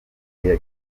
inter